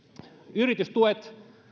yritystuet